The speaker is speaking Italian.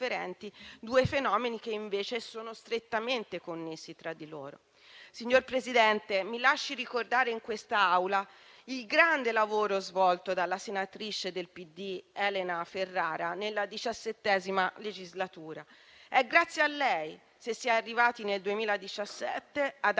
due fenomeni che invece sono strettamente connessi tra loro. Signor Presidente, mi lasci ricordare in quest'Aula il grande lavoro svolto dalla senatrice del PD Elena Ferrara nella XVII legislatura. È grazie a lei se siete arrivati nel 2017 ad approvare